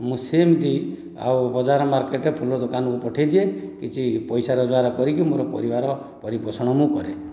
ମୁଁ ସେମିତି ଆଉ ବଜାର ମାର୍କେଟ ଫୁଲ ଦୋକାନକୁ ପଠାଇଦିଏ କିଛି ପଇସା ରୋଜଗାର କରିକି ମୋର ପରିବାର ପରିପୋଷଣ ମୁଁ କରେ